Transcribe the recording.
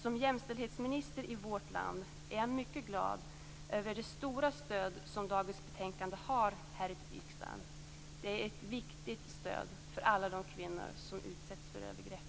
Som jämställdhetsminister i vårt land är jag mycket glad över det stora stöd som dagens betänkande har här i riksdagen. Det är ett viktigt stöd för alla de kvinnor som utsätts för övergrepp.